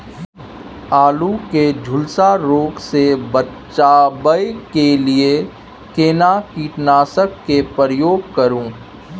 आलू के झुलसा रोग से बचाबै के लिए केना कीटनासक के प्रयोग करू